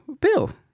Bill